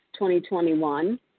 2021